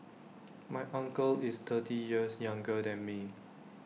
my uncle is thirty years younger than me